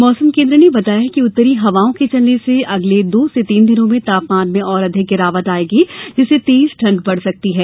मौसम केन्द्र ने बताया कि उत्तरी हवाओं के चलने से अगले दो से तीन दिनों में तापमान में और अधिक गिरावट आयेगी जिससे तेज ठण्ड बढ़ सकती है